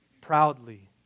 proudly